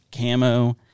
camo